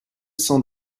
cent